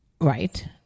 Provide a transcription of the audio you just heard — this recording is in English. Right